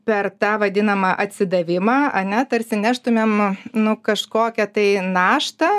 per tą vadinamą atsidavimą ane tarsi neštumėm nu kažkokią tai naštą